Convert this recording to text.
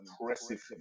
impressive